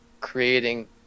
creating